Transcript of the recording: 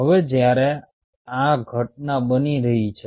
હવે જ્યારે આ ઘટના બની રહી છે